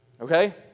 okay